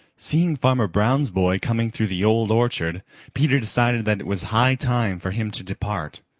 seeing farmer brown's boy coming through the old orchard peter decided that it was high time for him to depart.